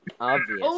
Obvious